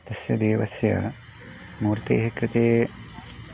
तस्य देवस्य मूर्तेः कृते